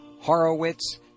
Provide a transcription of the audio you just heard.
Horowitz